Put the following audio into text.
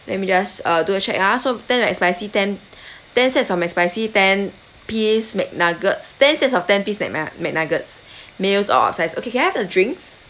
let me just uh do a check ah so ten mcspicy ten ten sets of mcspicy ten piece mcnuggets ten sets of ten piece mcnu~ mcnuggets meals all upsize okay can I have the drinks